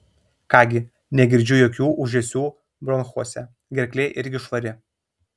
ką gi negirdžiu jokių ūžesių bronchuose gerklė irgi švari